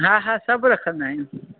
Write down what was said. हा हा सभ रखंदा आहियूं